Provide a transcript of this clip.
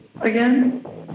Again